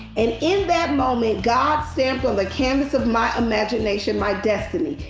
and in that moment god stamped on the canvas of my imagination my destiny.